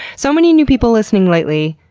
so many new people listening lately,